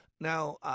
now